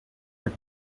were